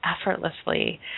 effortlessly